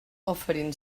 oferint